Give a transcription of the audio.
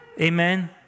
Amen